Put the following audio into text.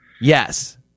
Yes